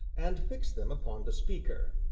and fixed them upon the speaker.